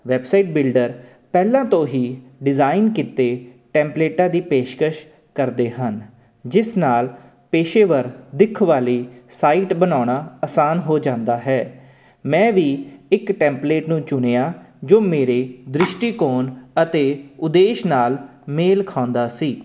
website builder ਪਹਿਲਾਂ ਤੋਂ ਹੀ ਡਿਜ਼ਾਇਨ ਕੀਤੇ ਟੈਂਪਲੇਟਾਂ ਦੀ ਪੇਸ਼ਕਸ਼ ਕਰਦੇ ਹਨ ਜਿਸ ਨਾਲ ਪੇਸ਼ੇਵਰ ਦਿੱਖ ਵਾਲੀ ਸਾਈਟ ਬਣਾਉਣਾ ਆਸਾਨ ਹੋ ਜਾਂਦਾ ਹੈ ਮੈਂ ਵੀ ਇੱਕ ਟੈਂਪਲੇਟ ਨੂੰ ਚੁਣਿਆ ਜੋ ਮੇਰੇ ਦ੍ਰਿਸ਼ਟੀਕੋਣ ਅਤੇ ਉਦੇਸ਼ ਨਾਲ ਮੇਲ ਖਾਂਦਾ ਸੀ